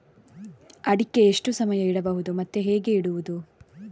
ಅಡಿಕೆ ಎಷ್ಟು ಸಮಯ ಇಡಬಹುದು ಮತ್ತೆ ಹೇಗೆ ಇಡುವುದು?